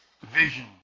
Vision